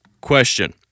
question